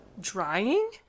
Drying